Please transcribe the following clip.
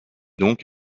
donc